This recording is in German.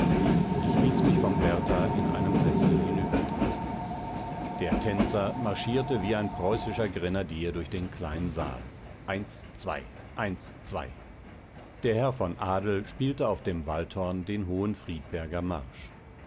ich ließ mich vom wärter in einem sessel hinübertragen der tänzer marschierte wie ein preußischer grenadier durch den kleinen saal eins zwei eins zwei der herr von adel spielte auf dem waldhorn den hohenfriedberger marsch